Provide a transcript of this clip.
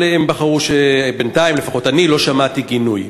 אבל הם בחרו בינתיים לפחות, אני לא שמעתי גינוי.